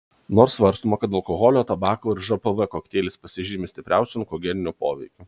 nors svarstoma kad alkoholio tabako ir žpv kokteilis pasižymi stipriausiu onkogeniniu poveikiu